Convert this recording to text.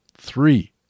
three